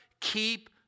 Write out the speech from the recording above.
keep